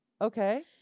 Okay